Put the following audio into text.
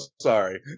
sorry